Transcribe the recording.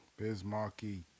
Bismarcky